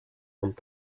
und